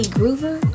Groover